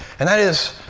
and that is,